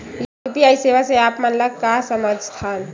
UPI सेवा से आप मन का समझ थान?